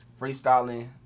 freestyling